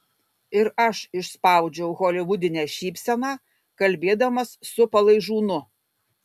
ir aš išspaudžiau holivudinę šypseną kalbėdamas su palaižūnu